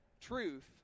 truth